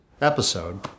episode